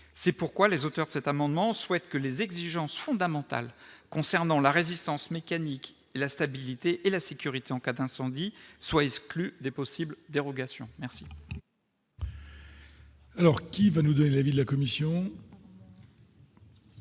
c'est pourquoi les auteurs cet amendement, souhaite que les exigences fondamentales concernant la résistance mécanique, la stabilité et la sécurité en cas d'incendie soient exclus des possibles dérogations merci.